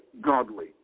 godly